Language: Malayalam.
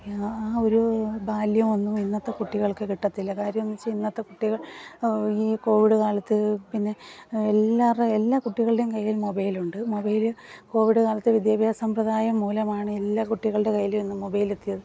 ആ ഒരു ബാല്യം ഒന്നും ഇന്നത്തെ കുട്ടികൾക്ക് കിട്ടത്തില്ല കാര്യമെന്നു വെച്ചാൽ ഇന്നത്തെ കുട്ടികൾ ഈ കോവിഡ് കാലത്ത് പിന്നെ എല്ലാർവരുടെ എല്ലാ കുട്ടികളുടേയും കയ്യിൽ മൊബൈലുണ്ട് മൊബൈല് കോവിഡ് കാലത്ത് വിദ്യാഭ്യാസ സമ്പ്രദായം മൂലമാണ് എല്ലാ കുട്ടികളുടെ കയ്യിലും ഇന്ന് മൊബൈലെത്തിയത്